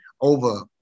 over